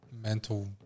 mental